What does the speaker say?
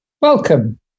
Welcome